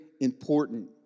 important